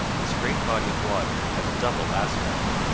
this great body of water has a double aspect.